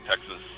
Texas